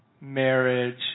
marriage